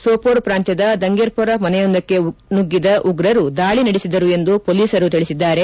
ಸೋಮೋರ್ ಪ್ರಾಂತ್ಯದ ದಂಗೇರ್ಪೊರಾ ಮನೆಯೊಂದಕ್ಕೆ ನುಗ್ಗಿದ ಉಗ್ರರು ದಾಳಿ ನಡೆಸಿದರು ಎಂದು ಪೊಲೀಸರು ತಿಳಿಸಿದ್ದಾರೆ